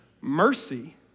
mercy